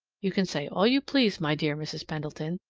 you can say all you please, my dear mrs. pendleton,